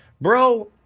Bro